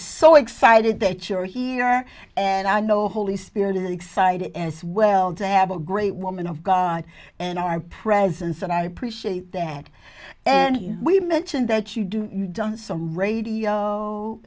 so excited that you're here and i know holy spirit is excited as well to have a great woman of god in our presence and i appreciate that and we mentioned that you do done some radio